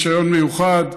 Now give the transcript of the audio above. ברישיון מיוחד,